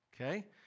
Okay